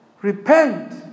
Repent